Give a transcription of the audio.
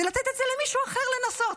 ולתת את זה למישהו אחר לנסות,